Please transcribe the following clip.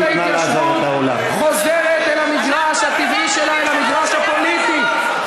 היום הזה הכנסת הזו והממשלה הזו משנות את כללי המשחק,